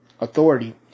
authority